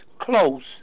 close